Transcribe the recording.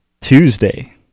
Tuesday